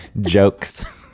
jokes